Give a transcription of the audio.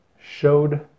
showed